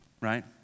right